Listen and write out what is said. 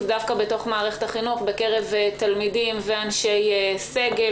דווקא במערכת החינוך בקרב תלמידים ואנשי סגל.